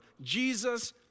Jesus